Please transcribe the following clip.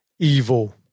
Evil